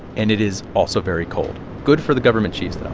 and it is also very cold good for the government cheese,